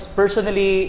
personally